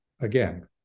Again